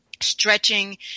stretching